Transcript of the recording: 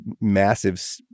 massive